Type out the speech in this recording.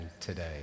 today